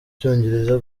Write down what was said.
cyongereza